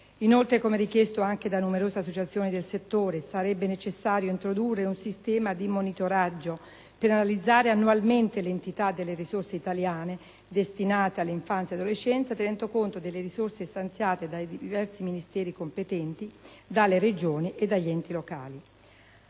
Inoltre, come richiesto anche da numerose associazioni del settore, sarebbe necessario introdurre un sistema di monitoraggio per analizzare annualmente l'entità delle risorse italiane destinate all'infanzia e all'adolescenza, tenendo conto delle risorse stanziate dai diversi Ministeri competenti, dalle Regioni e dagli enti locali.